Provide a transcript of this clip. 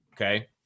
okay